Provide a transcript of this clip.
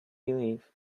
belief